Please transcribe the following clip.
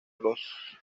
los